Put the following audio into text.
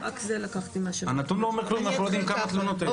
לא יודעים כמה תלונות היו.